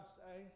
say